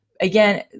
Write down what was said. again